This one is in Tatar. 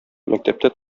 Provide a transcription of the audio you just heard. мәктәптә